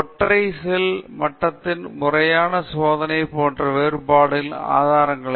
ஒற்றை செல் மட்டத்தில் முறையான சோதனை போன்ற வேறுபாடுகளின் ஆதாரங்களைக் கண்டறிந்து அதனுடன் ஈடுசெய்ய வேண்டும்